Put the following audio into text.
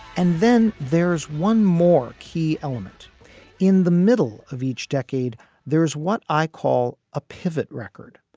and then there's one more key element in the middle of each decade there is what i call a pivot record,